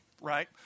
Right